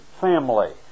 family